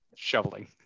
shoveling